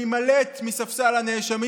להימלט מספסל הנאשמים,